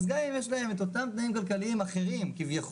אז גם אם יש בהם את אותם תנאים כלכליים אחרים כביכול,